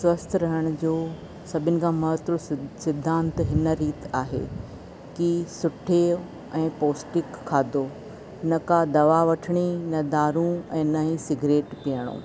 स्वस्थ रहण जो सभिनि खां महत्व सि सिद्धांत हिन रीति आहे कि सुठे ऐं पौष्टिक खाधो नका दवा वठिणी न दारू ऐं न ही सिगरेट पीअणो